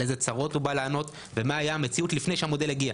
על איזה צרות הוא בא לענות ומה הייתה המציאות לפני שהמודל הגיע.